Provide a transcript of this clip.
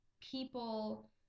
people